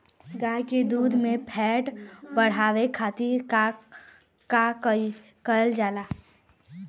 गाय के दूध में फैट बढ़ावे खातिर का कइल जाला?